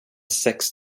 sex